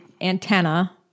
antenna